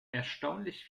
erstaunlich